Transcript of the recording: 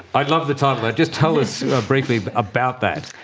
i love the title. but just tell us briefly about that.